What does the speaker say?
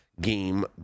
game